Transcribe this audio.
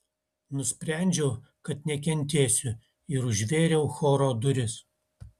nusprendžiau kad nekentėsiu ir užvėriau choro duris